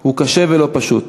הוא קשה ולא פשוט,